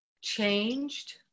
changed